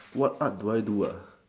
what what do I do